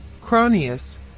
Cronius